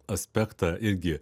aspektą irgi